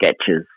sketches